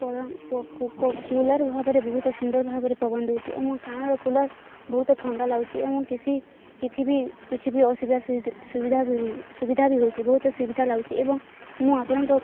cooler ଭାବରେ ବହୁତ ସୁନ୍ଦର ଭାବରେ ପବନ୍ ଦେଉଛି ଆମ ଗାଁରେ କୁଲର୍ ବହୁତ ଥଣ୍ଡା ଲାଗୁଛି ଏବଂ କିଛି କିଛି କିଛିବି ସୁବିଧା ବି ହେଉଛି ବହୁତ ସୁବିଧା ଲାଗୁଛି ଏବଂ ମୁଁ ଆପଣଙ୍କ